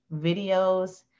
videos